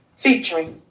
featuring